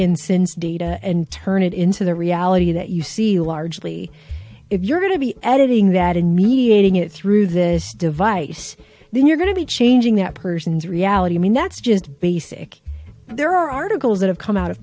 in since data and turn it into the reality that you see largely if you're going to be editing that and mediating it through this device then you're going to be changing that person's reality i mean that's just basic there are articles that have come out of